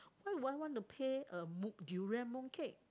why would I want to pay a mo~ durian mooncake